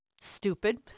stupid